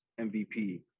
MVP